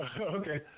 Okay